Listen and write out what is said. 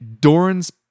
Doran's